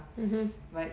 mmhmm